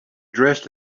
dressed